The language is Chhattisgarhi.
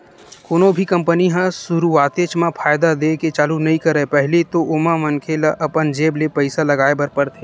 कोनो भी कंपनी ह सुरुवातेच म फायदा देय के चालू नइ करय पहिली तो ओमा मनखे ल अपन जेब ले पइसा लगाय बर परथे